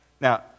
Now